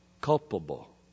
culpable